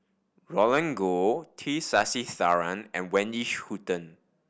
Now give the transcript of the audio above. Roland Goh T Sasitharan and Wendy Hutton